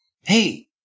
Hey